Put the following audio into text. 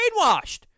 brainwashed